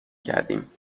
کردیم